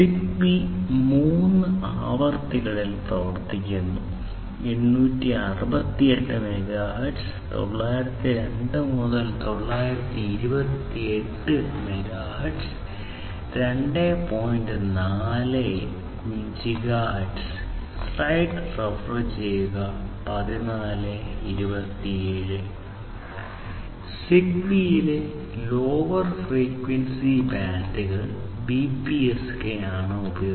Zigbee മൂന്ന് ആവൃത്തികളിൽ പ്രവർത്തിക്കുന്നു 868 മെഗാഹെർട്സ് 902 മുതൽ 928 മെഗാഹെർട്സ് 2